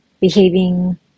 behaving